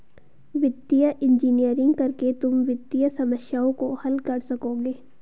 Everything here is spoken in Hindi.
वित्तीय इंजीनियरिंग करके तुम वित्तीय समस्याओं को हल कर सकोगे